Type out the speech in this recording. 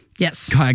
Yes